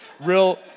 real